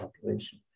population